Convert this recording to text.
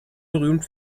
berühmt